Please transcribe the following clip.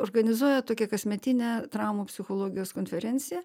organizuoja tokią kasmetinę traumų psichologijos konferenciją